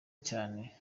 cyane